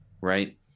right